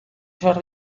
zor